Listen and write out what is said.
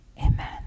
Amen